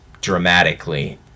dramatically